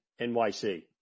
NYC